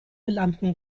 lampen